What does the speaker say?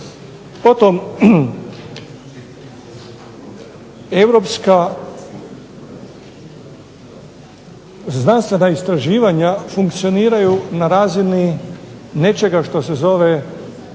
Potom europska znanstvena istraživanja funkcioniraju na razini nečega što se zove